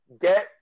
Get